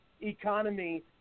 economy